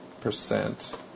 Percent